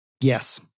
Yes